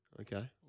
Okay